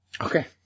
Okay